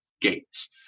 gates